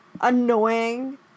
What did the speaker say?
annoying